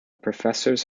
professors